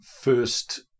first